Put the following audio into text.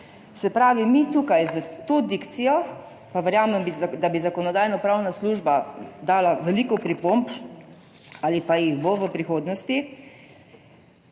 Se pravi, mi tukaj s to dikcijo, pa verjamem, da bi Zakonodajno-pravna služba dala veliko pripomb ali pa jih bo v prihodnosti,